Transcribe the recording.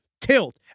Tilt